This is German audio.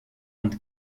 und